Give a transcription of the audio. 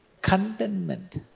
contentment